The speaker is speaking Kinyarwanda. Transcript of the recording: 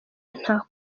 nta